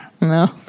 No